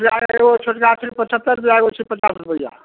छोटकाके एगो छोटका छै पछत्तरि रुपैआ एगो छै पचास रुपैआ